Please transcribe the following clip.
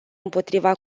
împotriva